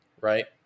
Right